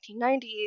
1990s